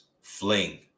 fling